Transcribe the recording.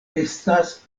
estas